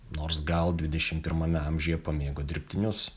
nors gal dvidešim pirmame amžiuje pamėgo dirbtinius